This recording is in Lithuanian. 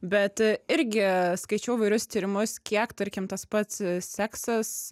bet irgi skaičiau įvairius tyrimus kiek tarkim tas pats seksas